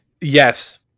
Yes